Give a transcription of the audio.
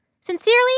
Sincerely